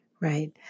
Right